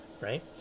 right